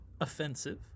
offensive